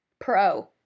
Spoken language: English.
Pro